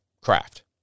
craft